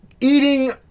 eating